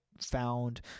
found